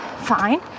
fine